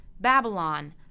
Babylon